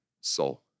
soul